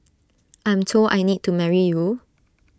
I'm told I need to marry you